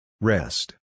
Rest